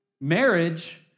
Marriage